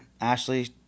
Ashley